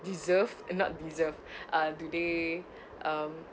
deserved not deserve uh do they um